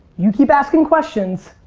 you keep asking questions,